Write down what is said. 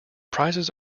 prizes